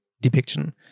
depiction